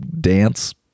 dance